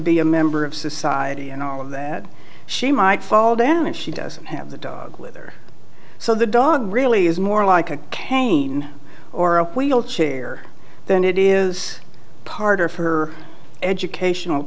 be a member of society and all of that she might fall down if she doesn't have the dog litter so the dog really is more like a cane or a wheelchair then it is part of her educational